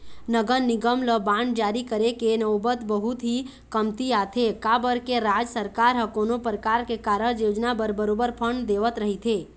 नगर निगम ल बांड जारी करे के नउबत बहुत ही कमती आथे काबर के राज सरकार ह कोनो परकार के कारज योजना बर बरोबर फंड देवत रहिथे